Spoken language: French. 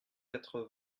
quatre